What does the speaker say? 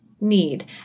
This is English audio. need